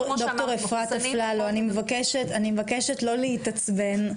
ד"ר אפרת אפללו, אני מבקשת לא להתעצבן.